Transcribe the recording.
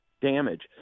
damage